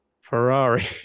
Ferrari